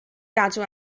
gadw